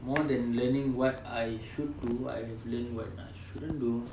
more than learning what I should do I've learnt what I shouldn't do